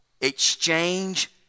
Exchange